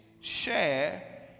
Share